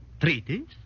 Treaties